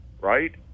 right